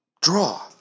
draw